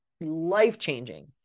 life-changing